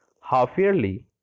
half-yearly